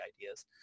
ideas